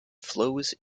flows